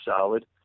solid